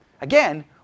again